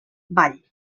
vall